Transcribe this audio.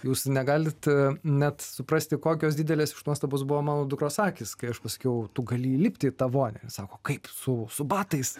jūs negalit net suprasti kokios didelės nuostabos buvo mano dukros akys kai aš pasakiau tu gali įlipti į tą vonią sako kaip su su batais